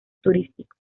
turístico